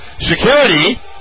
security